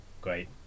great